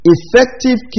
Effective